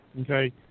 okay